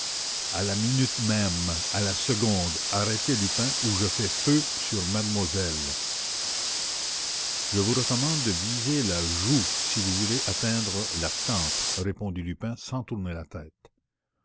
à la minute même à la seconde arrêtez lupin ou je fais feu sur mademoiselle je vous recommande de viser la joue si vous voulez atteindre la tempe répondit lupin sans tourner la tête